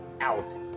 out